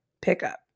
pickup